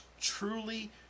truly